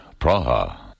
Praha